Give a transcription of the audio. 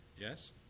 yes